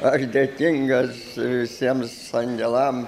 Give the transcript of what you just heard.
aš dėkingas visiems angelam